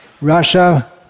Russia